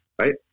Right